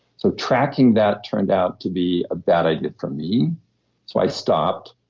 so tracking that turned out to be a bad idea for me so i stopped.